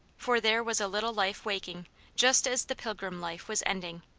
for there was a little life waking just as the pilgrim life was ending,